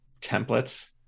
templates